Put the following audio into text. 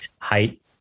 height